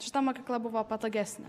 šita mokykla buvo patogesnė